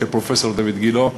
של פרופסור דיויד גילה,